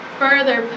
further